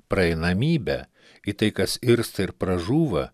praeinamybę į tai kas irsta ir pražūva